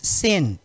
sin